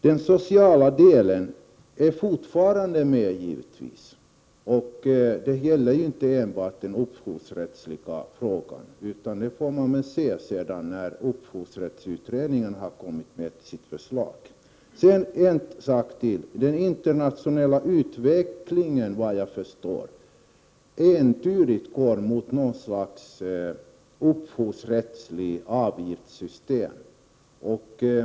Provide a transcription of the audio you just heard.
Den sociala aspekten är givetvis fortfarande med i bilden. Det gäller inte enbart den upphovsrättsliga frågan. Men allt detta får vi ta ställning till när upphovsrättsutredningen lagt fram sitt förslag. En sak till. Den internationella utvecklingen går såvitt jag förstår entydigt mot något slags upphovsrättsligt avgiftssystem.